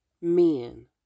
men